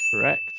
Correct